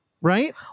Right